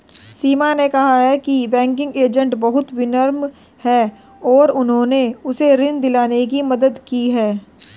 सीमा ने कहा कि बैंकिंग एजेंट बहुत विनम्र हैं और उन्होंने उसे ऋण दिलाने में मदद की